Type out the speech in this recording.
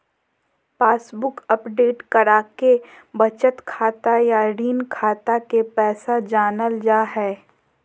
passbook update कराके बचत खाता या ऋण खाता के पैसा जानल जा हय